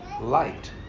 light